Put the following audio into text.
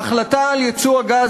ההחלטה על ייצוא הגז,